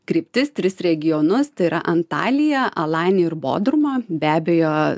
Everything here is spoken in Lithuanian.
kryptis tris regionus tai yra antalija alaini ir bodruma be abejo